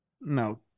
No